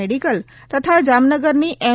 medical તથા જામનગરની એમ